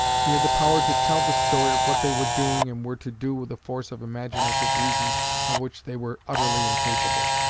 he had the power to tell the story of what they were doing and were to do with a force of imaginative reason of which they were utterly incapable.